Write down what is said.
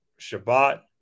Shabbat